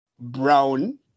brown